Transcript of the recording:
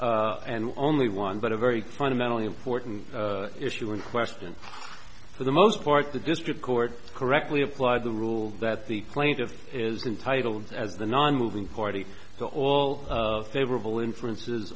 and only one but a very fundamentally important issue in question for the most part the district court correctly applied the rule that the plaintiff is entitle as the nonmoving party to all favorable inferences